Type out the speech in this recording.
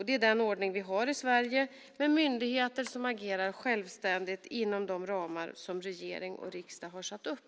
Det är den ordning vi har i Sverige, med myndigheter som agerar självständigt inom de ramar som regering och riksdag satt upp.